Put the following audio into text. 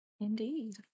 Indeed